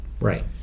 right